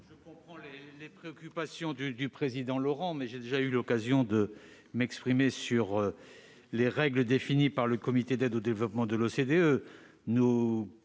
Je comprends les préoccupations de Pierre Laurent, mais j'ai déjà eu l'occasion de m'exprimer sur les règles définies par le Comité d'aide au développement de l'OCDE.